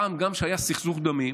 פעם גם כשהיה סכסוך דמים